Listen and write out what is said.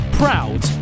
proud